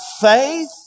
faith